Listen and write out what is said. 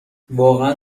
واقعا